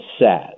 says